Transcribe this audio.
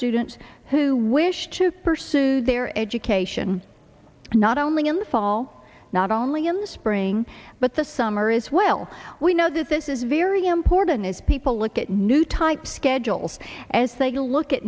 student who wish to pursue their education not only in the fall not only in the spring but the summer as well we know that this is very important as people look at new type schedules as they go look at